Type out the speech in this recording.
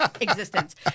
existence